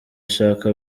ashaka